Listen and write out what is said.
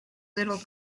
little